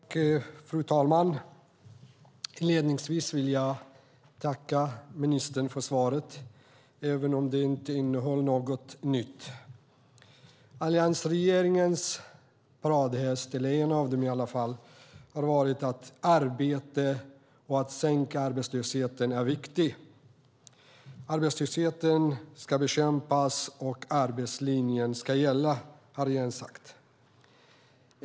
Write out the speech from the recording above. Fru talman! Inledningsvis vill jag tacka ministern för svaret, även om det inte innehöll något nytt. Alliansregeringens paradhäst, eller en av dem i alla fall, har varit att det är viktigt med arbete och att sänka arbetslösheten. Arbetslösheten ska bekämpas, och arbetslinjen ska gälla, har regeringen sagt.